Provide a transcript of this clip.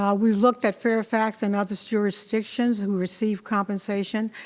um we looked at fairfax and other jurisdictions who receive compensation.